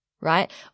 right